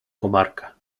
comarca